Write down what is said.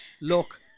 look